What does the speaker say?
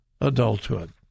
adulthood